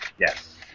Yes